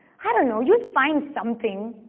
i don't know, you'd find something.